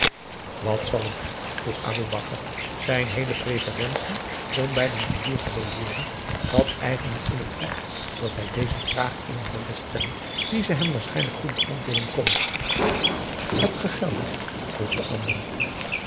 wat zal ik doen vroeg aboe bakar zijn heele preferentie om bij den mandoer te logeeren zat eigenlijk in het feit dat hij deze vraag iemand wilde stellen die ze hem waarschijnlijk goed beantwoorden kon hebt ge geld vroeg de andere